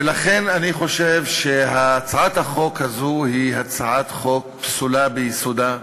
ולכן אני חושב שהצעת החוק הזאת היא הצעת חוק פסולה ביסודה,